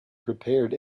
prepared